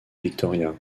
victoria